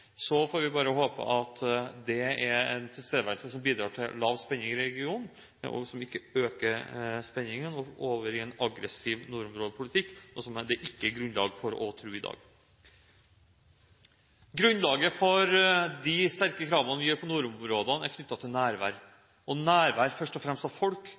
og som ikke øker spenningen over i en aggressiv nordområdepolitikk, noe som det ikke er grunnlag for å tro i dag. Grunnlaget for de sterke kravene vi gjør på nordområdene, er knyttet til nærvær – nærvær først og fremst av folk.